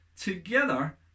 together